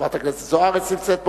חברת הכנסת זוארץ נמצאת פה,